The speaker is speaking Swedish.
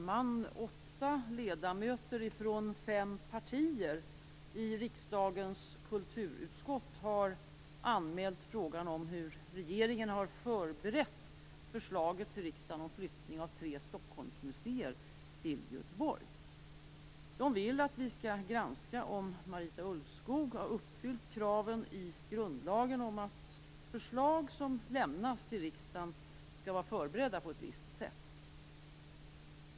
Fru talman! Åtta ledamöter från fem partier i riksdagens kulturutskott har anmält frågan om hur regeringen har förberett förslaget till riksdagen om flyttning av tre Stockholmsmuseer till Göteborg. De vill att vi skall granska om Marita Ulvskog har uppfyllt kraven i grundlagen om att förslag som lämnas till riksdagen skall vara förberedda på ett visst sätt.